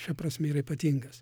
šia prasme yra ypatingas